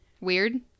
weird